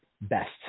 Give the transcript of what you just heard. best